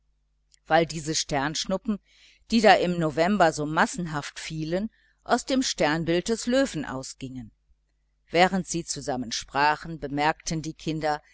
weil diese sternschnuppen die da im november so massenhaft fielen aus dem sternbild des löwen ausgingen während sie zusammen sprachen bemerkten die kinder